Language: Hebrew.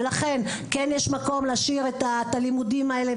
ולכן יש מקום להשאיר את הלימודים האלה,